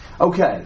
Okay